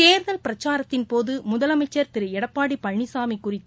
தேர்தல் பிரச்சாரத்தின்போது முதலமைச்சர் திருஎடப்பாடிபழனிசாமிகுறித்து